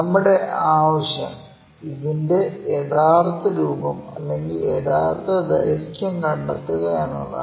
നമ്മുടെ ആവശ്യം ഇതിന്റെ യഥാർത്ഥ രൂപം അല്ലെങ്കിൽ യഥാർത്ഥ ദൈർഘ്യം കണ്ടെത്തുക എന്നതാണ്